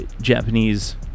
Japanese